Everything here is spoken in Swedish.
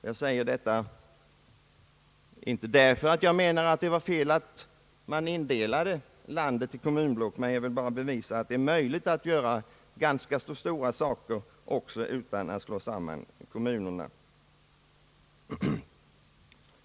Jag säger detta inte därför att jag menar att det var fel att indela landet i kommunblock, jag vill bara belysa att det varit möjligt att åstadkomma ganska stora saker också utan att sammanslå kommunerna.